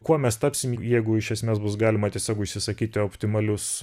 kuo mes tapsim jeigu iš esmės bus galima tiesiog užsisakyti optimalius